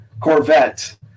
Corvette